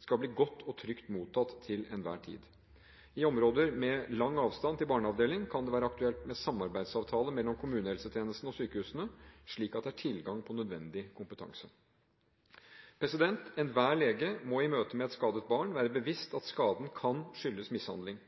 skal bli godt og trygt mottatt til enhver tid. I områder med lang avstand til barneavdeling kan det være aktuelt med samarbeidsavtale mellom kommunehelsetjenesten og sykehusene, slik at det er tilgang på nødvendig kompetanse. Enhver lege må i møte med et skadet barn være bevisst at skaden kan skyldes mishandling.